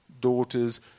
daughters